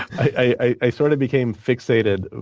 i sort of became fixated